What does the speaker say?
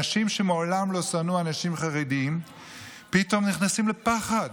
אנשים שמעולם לא שנאו חרדים פתאום נכנסים לפחד.